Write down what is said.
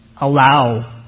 allow